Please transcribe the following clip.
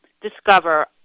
discover